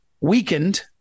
weakened